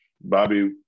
Bobby